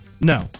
No